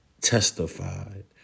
testified